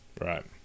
Right